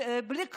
בלי כלום,